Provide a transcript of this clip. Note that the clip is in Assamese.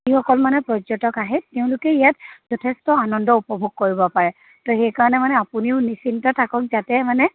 যিসকল মানে পৰ্যটক আহে তেওঁলোকে ইয়াত যথেষ্ট আনন্দ উপভোগ কৰিব পাৰে ত' সেইকাৰণে মানে আপুনিও নিশ্চিন্ত থাকক যাতে মানে